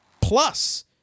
Plus